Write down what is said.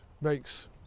makes